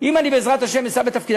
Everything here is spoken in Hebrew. אם בעזרת השם אשא בתפקיד,